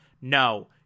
no